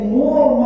more